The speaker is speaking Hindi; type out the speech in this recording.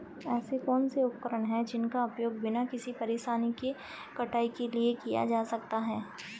ऐसे कौनसे उपकरण हैं जिनका उपयोग बिना किसी परेशानी के कटाई के लिए किया जा सकता है?